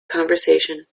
conversation